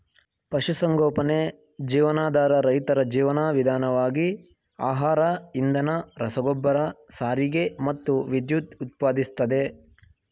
ಪಶುಸಂಗೋಪನೆ ಜೀವನಾಧಾರ ರೈತರ ಜೀವನ ವಿಧಾನವಾಗಿ ಆಹಾರ ಇಂಧನ ರಸಗೊಬ್ಬರ ಸಾರಿಗೆ ಮತ್ತು ವಿದ್ಯುತ್ ಉತ್ಪಾದಿಸ್ತದೆ